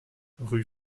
rue